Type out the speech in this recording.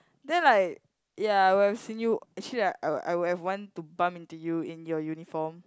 then like ya when I've seen you actually like I would I would have want to bump into you in your uniform